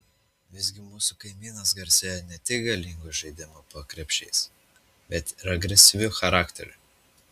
visgi mūsų kaimynas garsėjo ne tik galingu žaidimu po krepšiais bet ir agresyviu charakteriu